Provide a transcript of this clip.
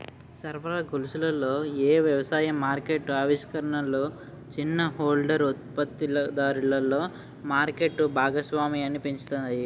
సరఫరా గొలుసులలో ఏ వ్యవసాయ మార్కెట్ ఆవిష్కరణలు చిన్న హోల్డర్ ఉత్పత్తిదారులలో మార్కెట్ భాగస్వామ్యాన్ని పెంచుతాయి?